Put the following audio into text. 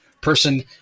person